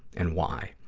and why?